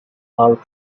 are